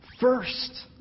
First